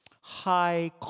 high